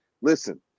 Listen